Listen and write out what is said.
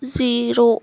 zero